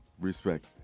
Respect